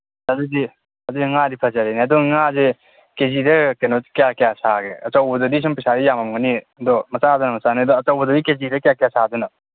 ꯑꯗꯨꯗꯤ ꯑꯗꯨꯗꯤ ꯉꯥꯗꯤ ꯐꯖꯔꯦꯅꯦ ꯑꯗꯨ ꯉꯥꯁꯦ ꯀꯦ ꯖꯤꯗ ꯀꯩꯅꯣ ꯀꯌꯥ ꯀꯌꯥ ꯁꯥꯒꯦ ꯑꯆꯧꯕꯗꯗꯤ ꯁꯨꯝ ꯄꯩꯁꯥꯗꯤ ꯌꯥꯝꯃꯝꯒꯅꯤ ꯑꯗꯣ ꯃꯆꯥꯅ ꯃꯆꯥꯅꯤ ꯑꯗꯣ ꯑꯆꯧꯕꯗꯗꯤ ꯀꯦ ꯖꯤꯗ ꯀꯌꯥ ꯀꯌꯥ ꯁꯥꯗꯣꯏꯅꯣ